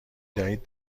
دهید